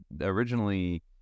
originally